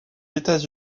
états